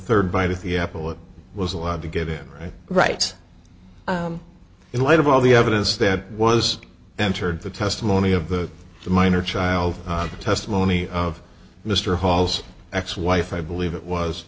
third bite at the apple it was allowed to get it right in light of all the evidence that was entered the testimony of the minor child the testimony of mr hall's ex wife i believe it